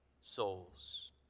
souls